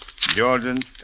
Jordan